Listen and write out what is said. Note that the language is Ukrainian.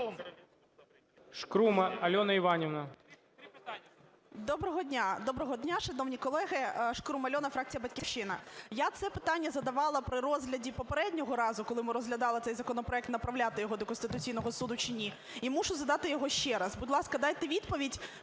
доброго дня, шановні колеги. Шкрум Альона, фракція "Батьківщина". Я це питання задавала при розгляді попереднього разу, коли ми розглядали цей законопроект, – направляти його до Конституційного Суду чи ні, і мушу задати його ще раз. Будь ласка, дайте відповідь: